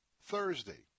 Thursday